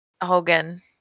Hogan